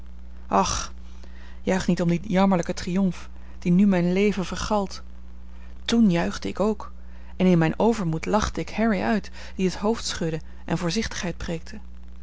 och juicht niet om dien jammerlijken triomf die nu mijn leven vergalt toen juichte ik ook en in mijn overmoed lachte ik harry uit die het hoofd schudde en voorzichtigheid